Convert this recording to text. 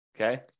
okay